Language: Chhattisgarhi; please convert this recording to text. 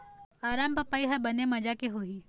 अरमपपई हर बने माजा के होही?